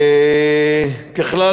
ככלל,